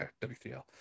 WTL